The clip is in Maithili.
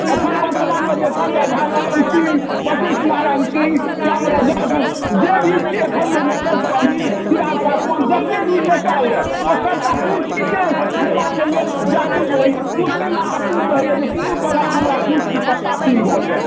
एखन बर्तमानमे जे सञ्जय झा लल्लन सिंह बशिष्ठ नारायण सिंह श्याम रजक जे भी छियै एखन यऽ मुकेश सहनी चिराग पासवान जतेक भी नेता यऽ ओ सबटा कुर्सीके लेबाके लेल व्याकुल रहैए कुर्सी लऽ आतुर रहैए जे कोनो तरहे हमरा कुर्सी सत्तासीन भऽ जाइ